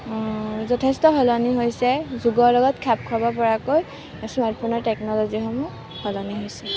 যথেষ্ট সলনি হৈছে যুগৰ লগত খাপ খাব পৰাকৈ স্মাৰ্টফোনৰ টেকন'লজিসমূহ সলনি হৈছে